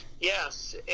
yes